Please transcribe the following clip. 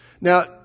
Now